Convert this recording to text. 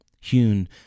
hewn